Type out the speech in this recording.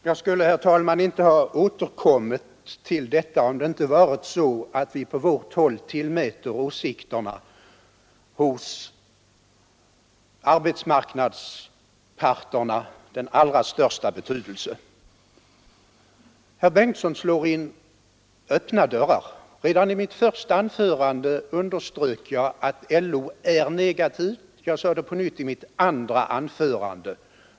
Herr talman! Jag skulle inte ha återkommit till detta, om det inte hade varit så att vi på vårt håll tillmäter åsikterna hos arbetsmarknadsparterna den allra största betydelse. Herr Bengtsson i Landskrona slår in öppna dörrar. Redan i mitt första anförande underströk jag att LO är negativ, och jag sade det på nytt i mitt andra anförande.